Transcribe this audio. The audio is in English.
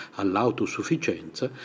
all'autosufficienza